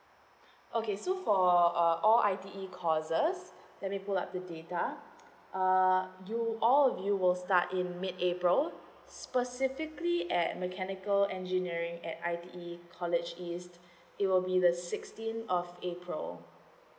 okay so for uh all I_T_E courses let me pull the data uh you all you will start in mid april specifically at mechanical engineering at I_T_E college east it will be the sixteen of april